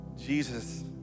Jesus